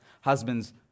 husbands